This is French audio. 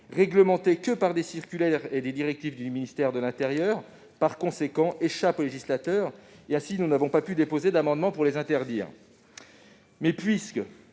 réglementée que par des circulaires et des directives du ministère de l'intérieur. Par conséquent, il échappe au législateur. Nous n'avons donc pas pu déposer d'amendement pour l'interdire.